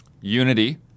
Unity